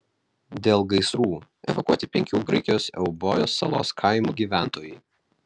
dėl gaisrų evakuoti penkių graikijos eubojos salos kaimų gyventojai